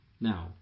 Now